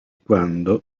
quando